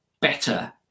better